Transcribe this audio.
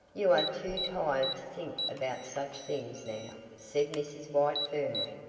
you are too tired to think about such things now, said mrs. white firmly.